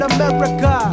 America